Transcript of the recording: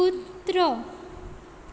कुत्रो